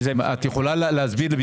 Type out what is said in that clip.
תוכלי להסביר?